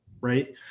right